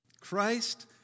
Christ